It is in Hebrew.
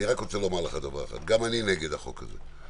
אני רק רוצה לומר לך דבר אחד: גם אני נגד החוק הזה,